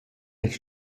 eir